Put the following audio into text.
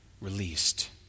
released